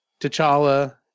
T'Challa